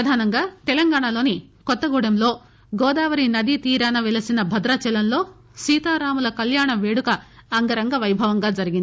ప్రధానంగా తెలంగాణలోని కొత్తగూడెంలో గోదావరి నదీతీరాన వెలసిన భద్రాచలంలో సీతారాముల కల్వాణ వేడుక అంగరంగ వైభవంగా జరిగింది